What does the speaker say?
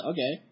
Okay